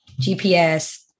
GPS